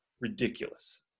ridiculous